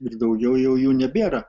ir daugiau jau jų nebėra